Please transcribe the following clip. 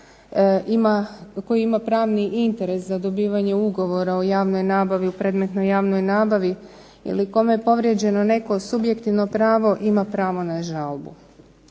koji ima pravni interes za dobivanje ugovora o javnoj nabavi, u predmetnoj javnoj nabavi ili kome je povrijeđeno neko subjektivno pravo, ima pravo na žalbu.